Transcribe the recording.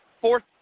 fourth